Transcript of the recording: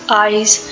Eyes